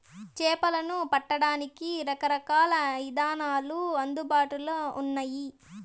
చేపలను పట్టడానికి రకరకాల ఇదానాలు అందుబాటులో ఉన్నయి